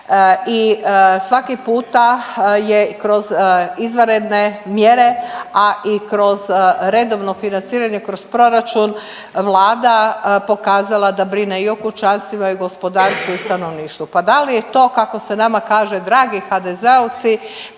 I svaki puta je kroz izvanredne mjere, a i kroz redovno financiranje kroz proračun Vlada pokazala da brine i o kućanstvima i gospodarstvu i stanovništvu. Pa da li je to kako se nama kaže dragi HDZ-ovci